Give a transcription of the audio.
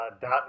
dot